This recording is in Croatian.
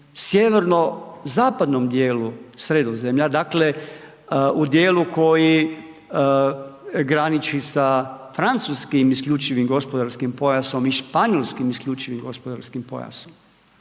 sjeverozapadnom dijelu Sredozemlja, dakle u dijelu koji graniči sa Francuskim isključivim gospodarskim pojasom i Španjolskim isključivim gospodarskim pojasom.